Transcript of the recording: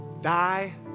die